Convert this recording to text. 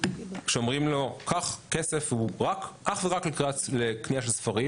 כשאומרים לו: קח כסף אך ורק לקנייה של ספרים,